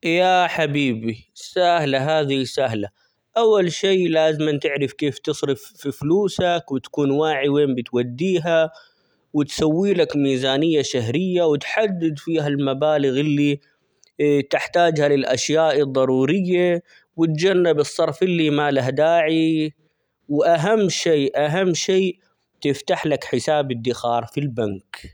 يا حبيبي سهلة هذي سهلة أول شي لازمًا تعرف كيف تصرف -ف- في فلوسك ،وتكون واعي وين بتوديها، وتسوي لك ميزانية شهرية ،وتحدد فيها المبالغ اللي تحتاجها للأشياء الضرورية ،وتجنب الصرف اللي ما له داعي، وأهم شي أهم شي تفتح لك حساب إدخار في البنك.